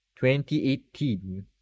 2018